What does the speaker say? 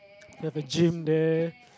you have the gym there